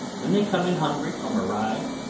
when they come in hungry from a ride,